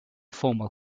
formal